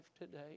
today